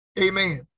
Amen